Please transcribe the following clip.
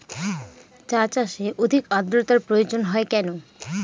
চা চাষে অধিক আদ্রর্তার প্রয়োজন কেন হয়?